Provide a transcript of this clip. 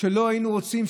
שלא היינו רוצים,